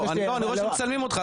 אני רואה שמצלמים אותך.